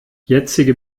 jetzige